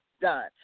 done